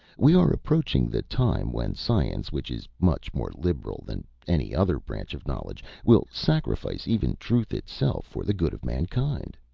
we are approaching the time when science, which is much more liberal than any other branch of knowledge, will sacrifice even truth itself for the good of mankind.